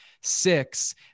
six